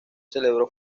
celebró